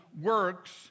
works